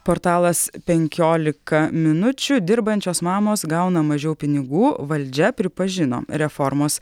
portalas penkiolika minučių dirbančios mamos gauna mažiau pinigų valdžia pripažino reformos